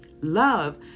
Love